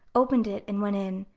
opened it and went in,